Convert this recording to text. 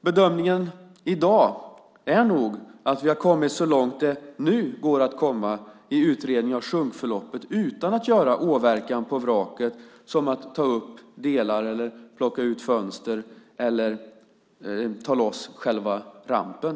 I dag är nog bedömningen att vi har kommit så långt som det nu går att komma i utredningen av sjunkförloppet utan att göra åverkan på vraket som att ta upp delar, plocka ut fönster eller ta loss själva rampen.